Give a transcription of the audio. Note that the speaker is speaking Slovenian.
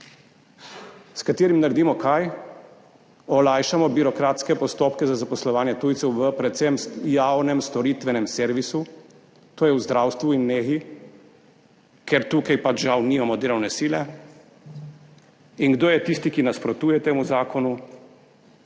s katerim naredimo – kaj? Olajšamo birokratske postopke za zaposlovanje tujcev predvsem v javnem storitvenem servisu, to je v zdravstvu in negi, ker tukaj pač žal nimamo delovne sile. In kdo je tisti, ki nasprotuje temu zakonu?